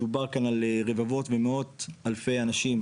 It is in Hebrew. מדובר כאן על רבבות ומאות אלפי אנשים